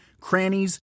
crannies